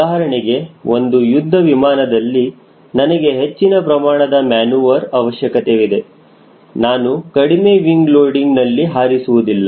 ಉದಾಹರಣೆಗೆ ಒಂದು ಯುದ್ಧ ವಿಮಾನದಲ್ಲಿ ನನಗೆ ಹೆಚ್ಚಿನ ಪ್ರಮಾಣದ ಮ್ಯಾನುವರ್ ಅವಶ್ಯಕವಿದೆ ನಾನು ಕಡಿಮೆ ವಿಂಗ ಲೋಡಿಂಗ್ ನಲ್ಲಿ ಹಾರಿಸುವುದಿಲ್ಲ